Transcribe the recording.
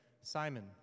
Simon